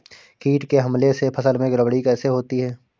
कीट के हमले से फसल में गड़बड़ी कैसे होती है?